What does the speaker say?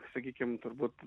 sakykim turbūt